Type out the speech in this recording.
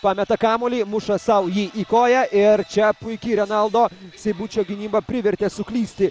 pameta kamuolį muša sau jį į koją ir čia puiki renaldo seibučio gynyba privertė suklysti